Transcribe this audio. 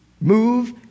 move